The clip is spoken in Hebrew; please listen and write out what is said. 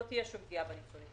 לא תהיה שום פגיעה בניצולים.